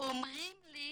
אומרים לי